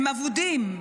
הם אבודים,